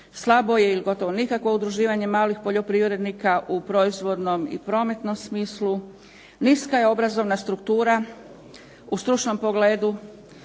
slabo je ili gotovo nikakvo udruživanje malih poljoprivrednika u proizvodnom i prometnom smislu, niska je obrazovna struktura u stručnom pogledu,